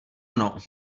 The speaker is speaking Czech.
mnou